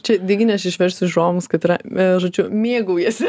čia dygini aš išversiu žiūrovams kad yra žodžiu mėgaujiesi